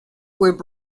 were